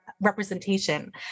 representation